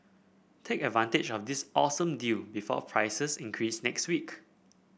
take advantage of this awesome deal before prices increase next week